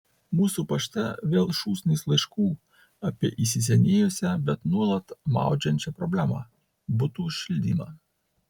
mūsų pašte vėl šūsnys laiškų apie įsisenėjusią bet nuolat maudžiančią problemą butų šildymą